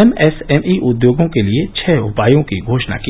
MSME उद्योगों के लिए छह उपायों की घोषणा की